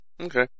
Okay